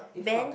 Ben